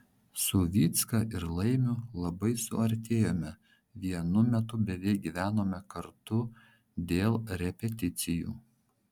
su vycka ir laimiu labai suartėjome vienu metu beveik gyvenome kartu dėl repeticijų